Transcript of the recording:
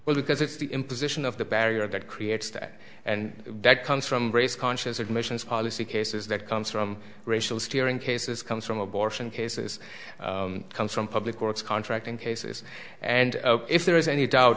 well because it's the imposition of the barrier that creates that and that comes from race conscious admissions policy cases that comes from racial steering cases comes from abortion cases comes from public courts contracting cases and if there is any doubt